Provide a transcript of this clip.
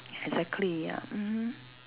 exactly ya mmhmm